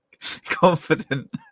Confident